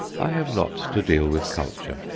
i have not to deal with culture,